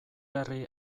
herri